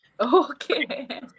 Okay